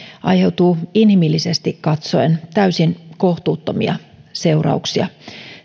aiheutuu inhimillisesti katsoen täysin kohtuuttomia seurauksia